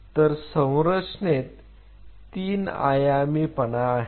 तर संरचनेत 3 आयामीपणा आहे